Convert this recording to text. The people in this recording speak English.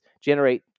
generate